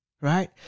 right